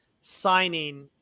signing